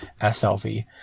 SLV